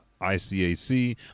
ICAC